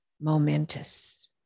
momentous